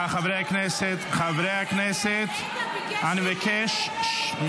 --- חברי הכנסת, אני מבקש שקט.